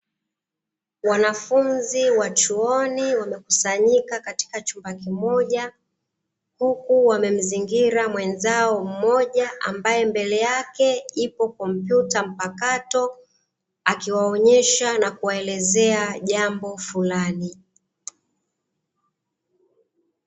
Wanafunzi wa chuoni wamekusanyika katika chumba kimoja, huku wamemzingira mwenzao mmoja ambaye mbele yake ipo kompyuta mpakato, akiwaonyesha na kuwaelezea jambo fulani.